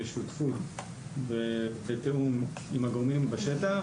בשותפות ובתיאום עם הגורמים בשטח.